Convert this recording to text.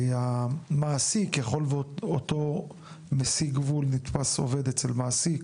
המעסיק יכול אותו מסיג גבול נתפס עובד אצל מעסיק,